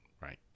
Right